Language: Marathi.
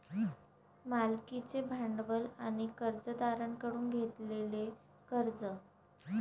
मालकीचे भांडवल आणि कर्जदारांकडून घेतलेले कर्ज